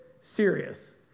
serious